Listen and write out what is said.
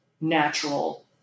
natural